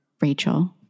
Rachel